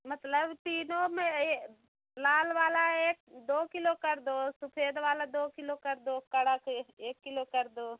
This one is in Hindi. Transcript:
मतलब तीनों में ये लाल वाला एक दो किलो कर दो सफे़द वाला दो किलो कर दो कड़क एक एक किलो कर दो